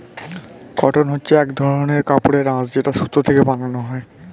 cotton হচ্ছে এক ধরনের কাপড়ের আঁশ যেটা সুতো থেকে বানানো হয়